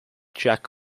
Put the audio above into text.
jack